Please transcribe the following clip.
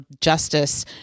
justice